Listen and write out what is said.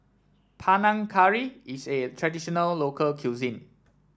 Panang Curry is a traditional local cuisine